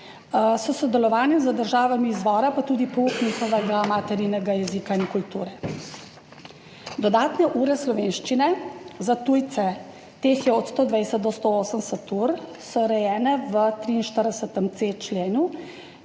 s sodelovanjem z državami izvora pa tudi pouk njihovega maternega jezika in kulture. Dodatne ure slovenščine za tujce, teh je od 120 do 180 ur, so urejene v 43.c členu,